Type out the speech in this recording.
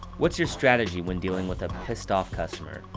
what's your strategy when dealing with a pissed-off customer?